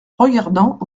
regardant